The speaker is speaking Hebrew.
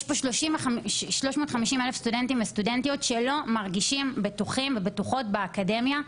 יש פה 350,000 סטודנטים שלא מרגישים בטוחים באקדמיה,